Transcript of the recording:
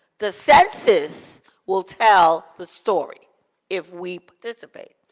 the census will tell the story if we participate.